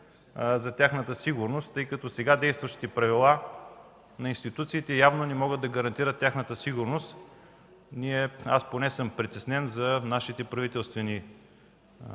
за тяхната сигурност, защото сега действащите правила на институциите явно не могат да гарантират тяхната сигурност. Аз поне съм притеснен за нашите правителствени